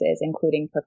including